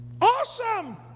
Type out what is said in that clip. Awesome